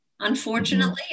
unfortunately